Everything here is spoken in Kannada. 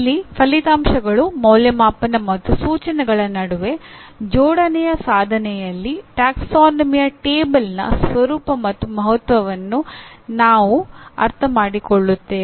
ಇಲ್ಲಿ ಪರಿಣಾಮಗಳು ಅಂದಾಜುವಿಕೆ ಮತ್ತು ಸೂಚನೆಗಳ ನಡುವೆ ಜೋಡಣೆಯ ಸಾಧನೆಯಲ್ಲಿ ಪ್ರವರ್ಗ ಕೋಷ್ಟಕದ ಸ್ವರೂಪ ಮತ್ತು ಮಹತ್ವವನ್ನು ನಾವು ಅರ್ಥಮಾಡಿಕೊಳ್ಳುತ್ತೇವೆ